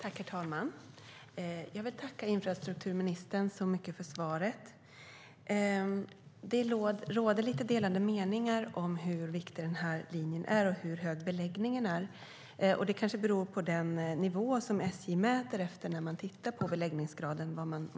Herr talman! Jag tackar infrastrukturministern så mycket för svaret. Det råder lite delade meningar om hur viktig denna linje är och hur hög beläggningen är. Vad man tycker är rimligt och inte kanske beror på den nivå som SJ mäter efter när man tittar på beläggningsgraden.